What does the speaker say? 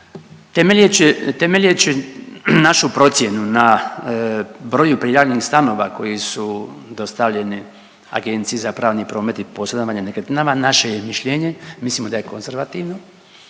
Temeljeći našu procjenu na broju prijavljenih stanova koji su dostavljeni Agenciji za pravni promet i posredovanje nekretninama naše je mišljenje, mislimo da je konzervativno,